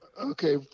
Okay